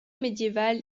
médiéval